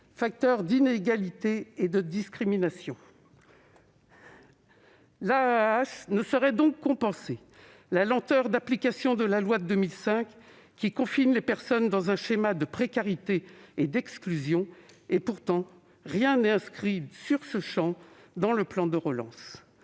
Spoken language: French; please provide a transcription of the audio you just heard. facteurs d'inégalités et de discriminations. L'AAH ne saurait donc compenser la lenteur d'application de la loi de 2005, qui confine les personnes dans un schéma de précarité et d'exclusion- pourtant, rien n'est inscrit, sur ce champ, dans le plan de relance.